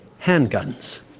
handguns